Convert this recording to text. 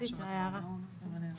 העבודה.